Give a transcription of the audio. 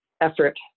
effort